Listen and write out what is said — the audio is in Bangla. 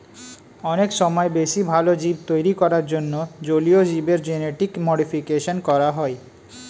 অনেক সময় বেশি ভালো জীব তৈরী করার জন্যে জলীয় জীবের জেনেটিক মডিফিকেশন করা হয়